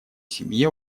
семье